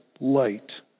light